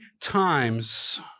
times